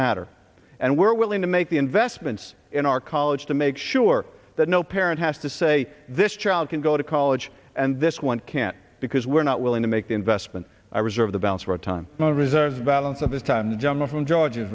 matter and we're willing to make the investments in our college to make sure that no parent has to say this child can go to college and this one can't because we're not willing to make the investment i reserve the balance of our time well reserves balance of this time jump from georg